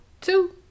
two